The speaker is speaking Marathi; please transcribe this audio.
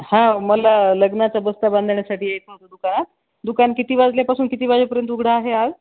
हो मला लग्नाचा बस्ता बांधण्यासाठी यायचं होतं दुकानात दुकान किती वाजल्यापासून किती वाजेपर्यंत उघडं आहे आज